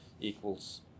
equals